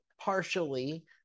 partially